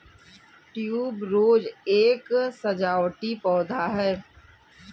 tuberose एक सजावटी पौधा है